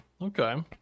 Okay